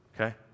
okay